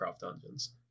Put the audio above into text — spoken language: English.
Dungeons